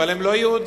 אבל הם לא יהודים.